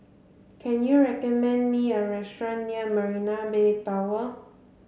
can you recommend me a restaurant near Marina Bay Tower